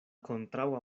kontraŭa